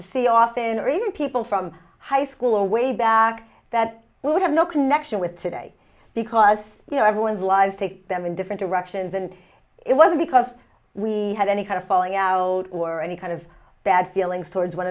to see often or even people from high school way back that would have no connection with today because you know everyone's lives take them in different directions and it was because we had any kind of falling out or any kind of bad feelings towards one